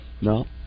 No